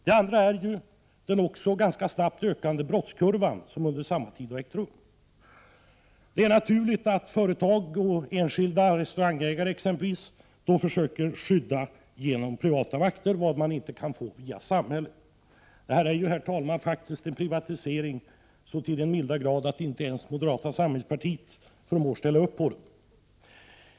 Det andra är den ganska snabbt ökande brottsligheten under samma tid. Det är naturligt att företag och t.ex. enskilda restaurangägare försöker genom privata vakter skydda vad man inte kan få skyddat genom samhället. Det är, herr talman, faktiskt en privatisering så till den milda grad att inte ens moderata samlingspartiet förmår ställa upp på den.